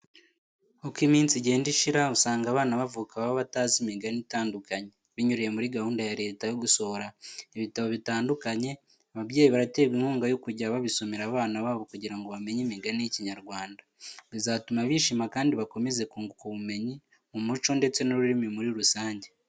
Uko iminsi igenda ishira, usanga abana bavuka baba batazi imigani itandukanye. Binyuriye muri gahunda ya leta yo gusohora ibitabo bitandukanye, ababyeyi baraterwa inkunga yo kujya babisomera abana babo kugira ngo bamenye imigani y'Ikinyarwanda. Bizatuma bishima kandi bakomeze kunguka ubumenyi mu muco ndetse n'ururimi muri rusange.